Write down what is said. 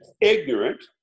ignorant